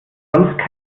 sonst